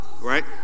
right